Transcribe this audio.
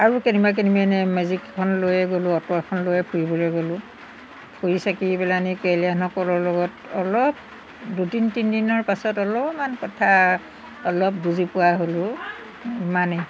আৰু কেনেবা কেনেবি এনে মেজিক এখন লৈয়ে গ'লোঁ অটো এখন লৈয়ে ফুৰিবলৈ গ'লোঁ ফুৰি চাকি পেলাইনি কেৰেলীয়ানসকলৰ লগত অলপ দুদিন তিনদিনৰ পাছত অলমান কথা অলপ বুজি পোৱা হ'লোঁ ইমানেই